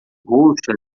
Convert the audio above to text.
roxa